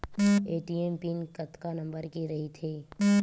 ATM pin कतका number के रही थे?